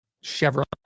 Chevron